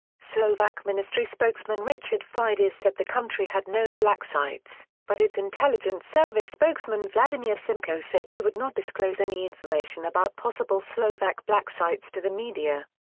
slovak ministry spokesman richard fides said the country had no black sites, but its intelligence service spokesman vladimir simko said he would not disclose any information about possible slovak black sites to the media.